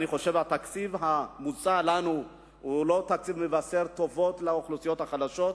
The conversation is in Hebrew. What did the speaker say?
אני חושב שהתקציב המוצע לנו הוא לא תקציב מבשר טובות לאוכלוסיות החלשות,